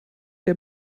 der